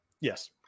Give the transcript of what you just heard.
Yes